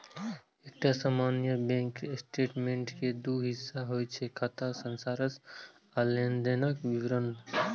एकटा सामान्य bank statement के दू हिस्सा होइ छै, खाता सारांश आ लेनदेनक विवरण